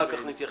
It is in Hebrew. אחר כך נתייחס.